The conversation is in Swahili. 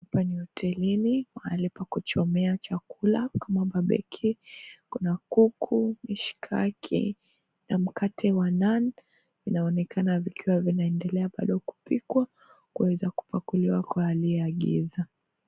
Hapa ni hotelini mahali pa kuchomea chakula kama mabeki, kuku, mishikaki na mkate wa nazi. Inaonekana vinaendelea bado kupikwa kuweza kupakuliwa kwa hali ya giza.